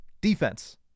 defense